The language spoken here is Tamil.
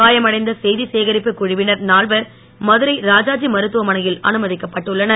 காயம் அடைந்த செய்த சேகரிப்புக் குழுவினர் நால்வர் மதுரை ராஜாஜி மருத்துவமனையில் அனுமதிக்கப்பட்டுள்ளனர்